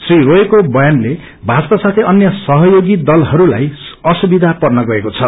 श्री रायको बयानले भाजपा अन्य सहयोगीदलहस्ताई असुविधा पर्न गएको छ